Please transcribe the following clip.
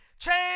change